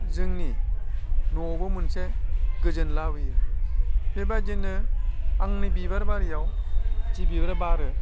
जोंनि न'वावबो मोनसे गोजोन लाबोयो बेबायदिनो आंनि बिबार बारियाव जि बिबार बारो